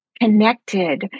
connected